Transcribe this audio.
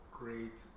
great